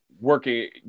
working